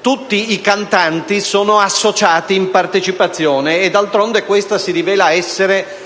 tutti i cantanti sono associati in partecipazione e, d'altronde, questa si rivela essere